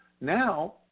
Now –